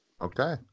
Okay